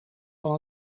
van